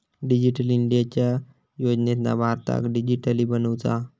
digital इंडियाच्या योजनेतना भारताक डीजिटली बनवुचा हा